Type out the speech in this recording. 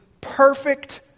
perfect